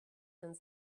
and